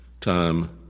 time